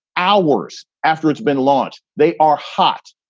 hours after it's been launched. they are hot.